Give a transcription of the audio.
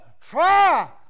try